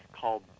called